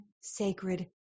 sacred